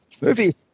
movie